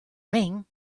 ring